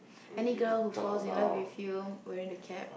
any girl who falls in love with you wearing the cap